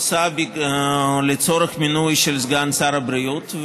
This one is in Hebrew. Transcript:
היא עושה לצורך מינוי של סגן שר הבריאות,